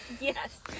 Yes